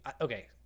Okay